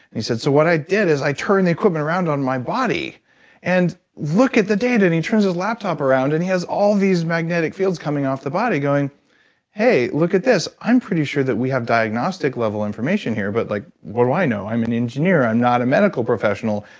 he said, so what i did is i turned the equipment around on my body and look at the data. and he turns his laptop around and he has all these magnetic fields coming off the body going hey, look at this. i'm pretty sure that we have diagnostic level information here, but like what do i know. i'm an engineer. i'm not a medical professional,